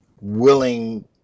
willing